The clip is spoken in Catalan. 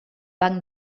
banc